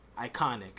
Iconic